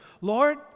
Lord